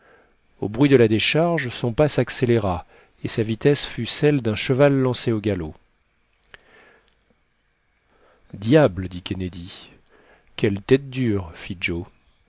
au bruit de la décharge son pas s'accéléra et sa vitesse fut celle d'un cheval lancé au galop diable dit kennedy quelle tête dure